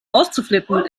auszuflippen